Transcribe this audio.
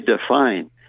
define